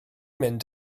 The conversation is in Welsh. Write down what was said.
mynd